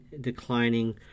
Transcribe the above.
declining